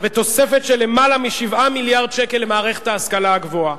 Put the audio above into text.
ותוספת של יותר מ-7 מיליון שקל למערכת ההשכלה הגבוהה.